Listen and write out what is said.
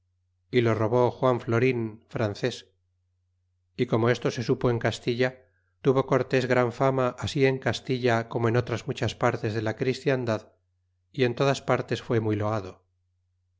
y lo robó juan florin fran cés y como esto se supo en castilla tuvo cortés gran fama ansi en castilla como en otras muchas partes de la christiandad y en todas partes fué muy loado